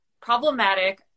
problematic